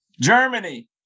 Germany